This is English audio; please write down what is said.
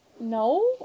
No